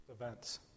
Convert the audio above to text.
events